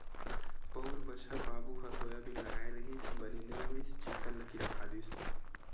पउर बछर बाबू ह सोयाबीन लगाय रिहिस बने नइ होइस चिक्कन ल किरा खा दिस